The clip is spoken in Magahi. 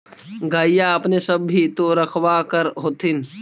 गईया अपने सब भी तो रखबा कर होत्थिन?